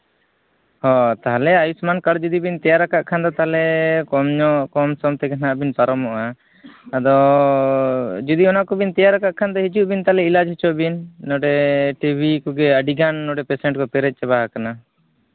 ᱦᱚᱸ ᱛᱟᱦᱚᱞᱮ ᱟᱭᱩᱥᱢᱟᱱ ᱠᱟᱨᱰ ᱡᱩᱫᱤ ᱵᱮᱱ ᱛᱮᱭᱟᱨ ᱠᱟᱜ ᱠᱷᱟᱱ ᱫᱚ ᱛᱟᱦᱚᱞᱮ ᱠᱚᱢ ᱧᱚᱜ ᱠᱚ ᱠᱚᱢᱼᱥᱚᱢ ᱛᱮᱵᱤᱱ ᱦᱟᱸᱜ ᱯᱟᱨᱚᱢᱚᱜᱼᱟ ᱟᱫᱚ ᱡᱩᱫᱤ ᱚᱱᱟ ᱠᱚᱵᱤᱱ ᱛᱮᱭᱟᱨ ᱟᱠᱟᱫ ᱠᱷᱟᱱ ᱫᱚ ᱦᱤᱡᱩᱜ ᱵᱤᱱ ᱛᱟᱦᱚᱞᱮ ᱤᱞᱟᱪ ᱦᱚᱪᱚᱜ ᱵᱤᱱ ᱱᱚᱸᱰᱮ ᱴᱤᱵᱷᱤ ᱠᱚᱜᱮ ᱟᱹᱰᱤᱜᱟᱱ ᱱᱚᱸᱰᱮ ᱯᱮᱥᱮᱱᱴ ᱠᱚ ᱯᱮᱨᱮᱡ ᱪᱟᱵᱟ ᱠᱟᱱᱟ